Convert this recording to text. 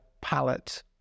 palette